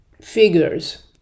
figures